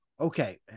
Okay